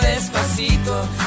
Despacito